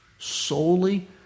solely